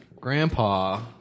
Grandpa